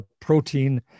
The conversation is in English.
protein